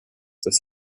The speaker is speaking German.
des